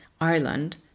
Ireland